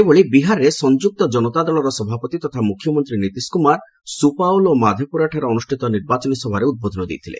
ସେହିଭଳି ବିହାରରେ ସଂଯୁକ୍ତ କନତା ଦଳର ସଭାପତି ତଥା ମୁଖ୍ୟମନ୍ତ୍ରୀ ନିତିଶ କୁମାର ସୁପାଉଲ୍ ଏବଂ ମାଧେପୁରାରେ ଅନୁଷ୍ଠିତ ନିର୍ବାଚନୀ ସଭାରେ ଉଦ୍ବୋଧନ ଦେଇଥିଲେ